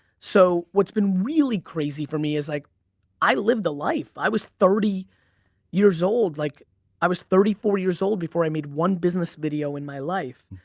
so what's been really crazy for me is like i lived a life, i was thirty years old, like i was thirty four years old before i made one business video in my life.